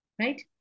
Right